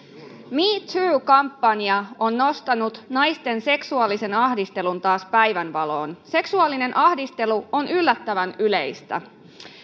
me too kampanja on nostanut naisten seksuaalisen ahdistelun taas päivänvaloon seksuaalinen ahdistelu on yllättävän yleistä